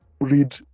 read